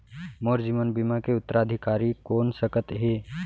मोर जीवन बीमा के उत्तराधिकारी कोन सकत हे?